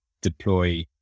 deploy